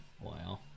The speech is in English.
Wow